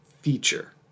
feature